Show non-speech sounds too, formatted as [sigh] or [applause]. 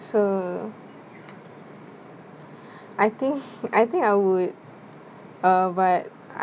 so I think [laughs] I think would uh but